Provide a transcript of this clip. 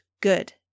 good